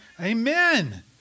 Amen